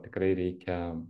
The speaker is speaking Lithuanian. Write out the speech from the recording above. tikrai reikia